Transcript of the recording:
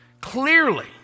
clearly